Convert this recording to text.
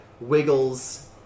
wiggles